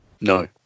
No